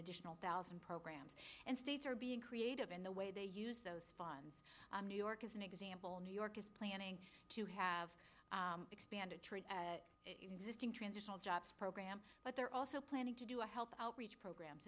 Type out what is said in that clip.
additional thousand programs and states are being creative in the way they use those funds new york as an example new york is planning to have expanded tree existing transitional jobs program but they're also planning to do a health outreach programs